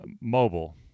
mobile